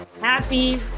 Happy